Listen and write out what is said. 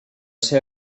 ser